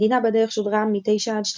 מדינה בדרך שודרה 0900–1200,